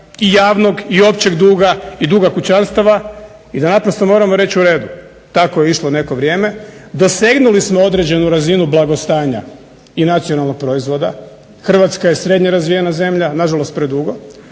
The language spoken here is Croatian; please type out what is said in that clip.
i javnog i općeg duga i duga kućanstava i da naprosto moramo reći u redu. Tako je išlo neko vrijeme, dosegnuli smo određenu razinu blagostanja i nacionalnog proizvoda. Hrvatska je srednje razvijena zemlja nažalost predugo